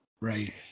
Right